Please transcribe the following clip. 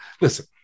Listen